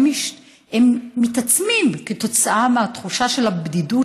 והם מתעצמים כתוצאה מהתחושה של הבדידות,